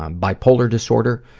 um bipolar disorder,